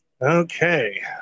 Okay